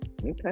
Okay